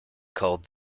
called